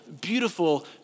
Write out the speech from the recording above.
beautiful